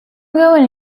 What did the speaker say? going